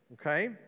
okay